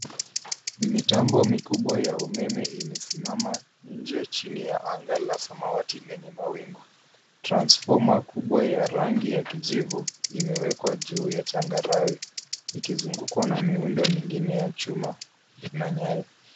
Mitambo mikubwa ya umeme imesimama nje, chini ya anga la samawati lenye mawingu. Transformer kubwa ya rangi ya kijivu imewekwa juu ya changarawe ikizungukwa na miundo mingine ya chuma na nyaya.